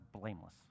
blameless